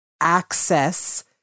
access